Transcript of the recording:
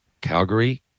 Calgary